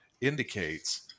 indicates